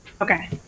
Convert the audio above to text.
Okay